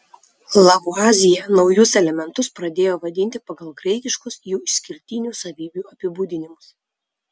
lavuazjė naujus elementus pradėjo vadinti pagal graikiškus jų išskirtinių savybių apibūdinimus